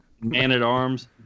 Man-at-Arms